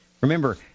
Remember